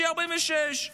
שיהיה 46,